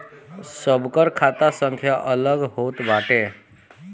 सबकर खाता संख्या अलग होत बाटे